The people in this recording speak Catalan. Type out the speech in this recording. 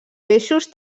peixos